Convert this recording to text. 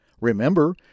Remember